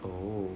oh